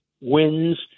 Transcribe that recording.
wins